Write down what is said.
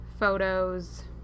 photos